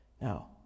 Now